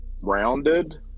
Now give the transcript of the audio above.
rounded